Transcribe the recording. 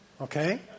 Okay